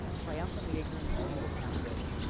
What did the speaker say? triumphantly ignorant of the english language.